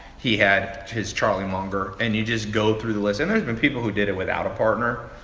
he had his charlie munger, and you just go through the list. and there's been people who did it without a partner,